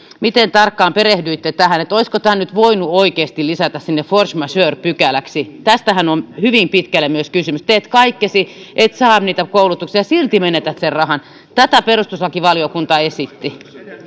miten tarkkaan perehdyitte tähän että olisiko tämän nyt voinut oikeasti lisätä sinne force majeure pykäläksi tästähän on hyvin pitkälle myös kysymys teet kaikkesi et saa niitä koulutuksia ja silti menetät sen rahan tätä perustuslakivaliokunta esitti